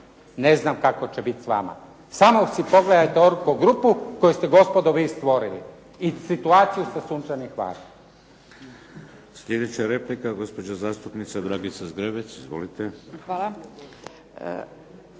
Ne znam kako će bit s vama. Samo si pogledajte ORCO grupu koju te gospodo svi stvorili i situaciju sa Sunčanim Hvarom. **Šeks, Vladimir (HDZ)** Sljedeća replika. Gospođa zastupnica Dragica Zgrebec. Izvolite.